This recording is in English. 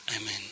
Amen